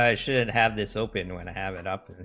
ah should have this open one have enough and